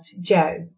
Joe